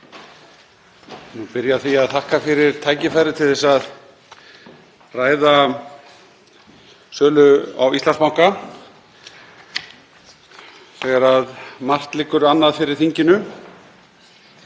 vil byrja á því að þakka fyrir tækifærið til að ræða sölu á Íslandsbanka þegar margt liggur annað fyrir þinginu.